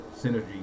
synergy